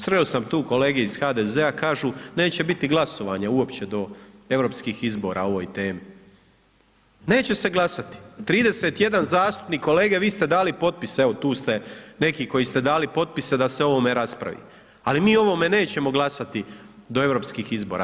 Sreo sam tu kolege iz HDZ-a kažu neće biti glasovanja uopće do europskih izbora o ovoj temi, neće se glasati, 31 zastupnik, kolege vi ste dali potpis, evo tu ste neki koji ste dali potpise da se o ovome raspravi, ali mi o ovome nećemo glasati do europskih izbora.